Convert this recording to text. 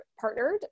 partnered